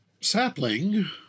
Sapling